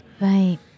Right